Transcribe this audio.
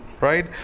right